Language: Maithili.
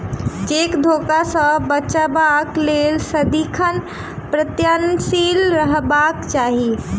चेक धोखा सॅ बचबाक लेल सदिखन प्रयत्नशील रहबाक चाही